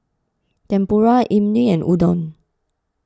Tempura Imoni and Udon